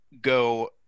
go